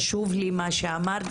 חשוב לי מה שאמרת,